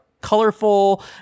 colorful